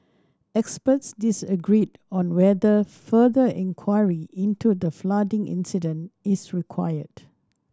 experts disagreed on whether further inquiry into the flooding incident is required